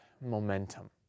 momentum